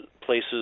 places